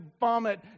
vomit